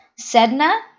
Sedna